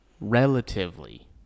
relatively